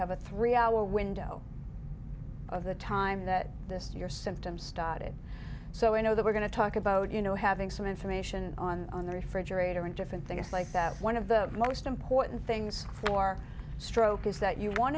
have a three hour window of the time that this your symptoms started so i know that we're going to talk about you know having some information on the refrigerator and different things like that one of the most important things for stroke is that you want